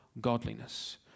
godliness